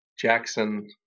Jackson